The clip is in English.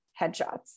headshots